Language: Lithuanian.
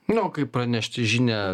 nu o kaip pranešti žinią